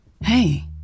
Hey